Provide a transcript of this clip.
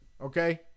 Okay